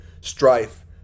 strife